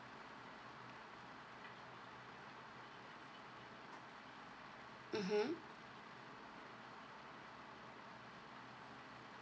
mmhmm